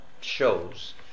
shows